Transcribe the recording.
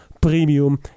premium